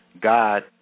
God